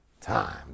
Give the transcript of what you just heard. time